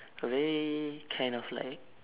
a very kind of like